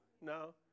no